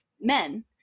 men